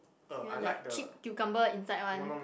you want the cheap cucumber inside one